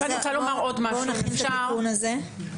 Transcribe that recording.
בואו נכין את התיקון הזה.